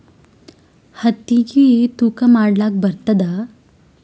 ಹತ್ತಿಗಿ ತೂಕಾ ಮಾಡಲಾಕ ಬರತ್ತಾದಾ?